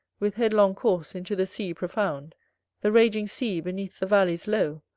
with headlong course, into the sea profound the raging sea, beneath the vallies low,